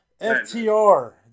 FTR